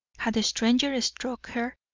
had a stranger struck her,